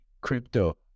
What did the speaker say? crypto